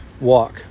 walk